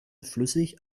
flüssig